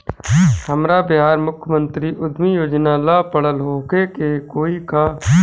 हमरा बिहार मुख्यमंत्री उद्यमी योजना ला पढ़ल होखे के होई का?